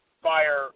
fire